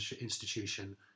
institution